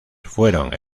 fueron